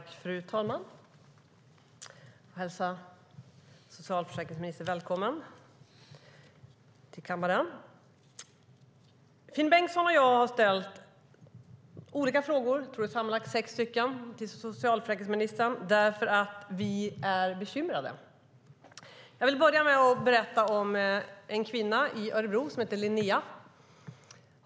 Fru talman! Jag hälsar socialförsäkringsministern välkommen till kammaren. Jag vill börja med att berätta om en kvinna i Örebro som heter Linnea.